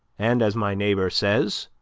and, as my neighbor says,